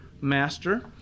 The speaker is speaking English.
master